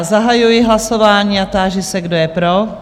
Zahajuji hlasování a táži se, kdo je pro?